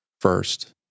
first